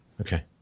Okay